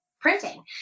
printing